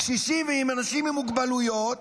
קשישים ואנשים עם מוגבלויות,